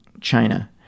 China